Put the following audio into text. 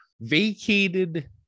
vacated